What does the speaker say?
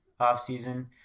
offseason